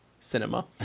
cinema